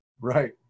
Right